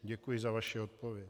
Děkuji za vaši odpověď.